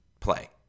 play